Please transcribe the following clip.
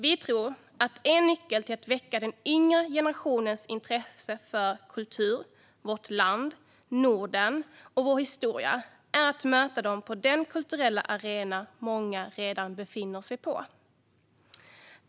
Vi tror att en nyckel till att väcka den yngre generationens intresse för kultur, vårt land, Norden och vår historia är att möta dem på den kulturella arena där många av dem redan befinner sig.